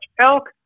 Elk